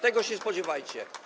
Tego się spodziewajcie.